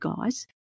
guys